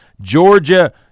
Georgia